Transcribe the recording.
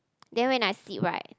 then when I sleep right